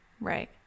Right